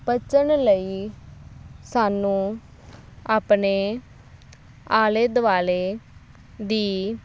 ਬਚਣ ਲਈ ਸਾਨੂੰ ਆਪਣੇ ਆਲੇ ਦੁਆਲੇ ਦੀ